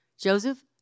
Joseph